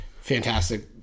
fantastic